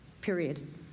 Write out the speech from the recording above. period